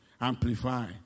amplify